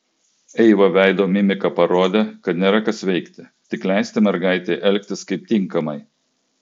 eiva veido mimika parodė kad nėra kas veikti tik leisti mergaitei elgtis kaip tinkamai